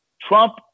Trump